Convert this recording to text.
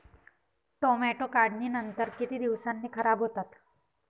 Tomato काढणीनंतर किती दिवसांनी खराब होतात?